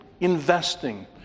investing